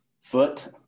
foot